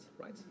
right